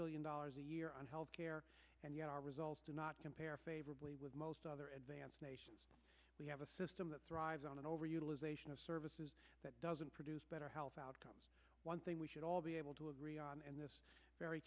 trillion dollars a year on health care and yet our results do not compare favorably with most other advanced nations we have a system that thrives on an over utilization of services that doesn't produce better health outcomes one thing we should all be able to agree on in this very